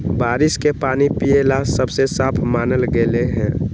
बारिश के पानी पिये ला सबसे साफ मानल गेलई ह